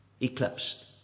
eclipsed